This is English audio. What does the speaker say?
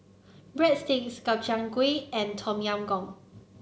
Breadsticks Gobchang Gui and Tom Yam Goong